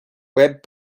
web